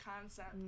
concept